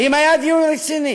האם היה דיון רציני